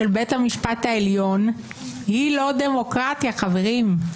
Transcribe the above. של בית המשפט העליון היא לא דמוקרטיה, חברים.